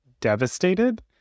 devastated